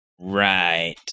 right